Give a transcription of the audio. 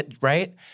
Right